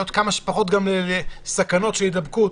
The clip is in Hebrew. להיות כמה שפחות חשופים לסכנות של הדבקה.